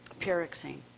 pyroxene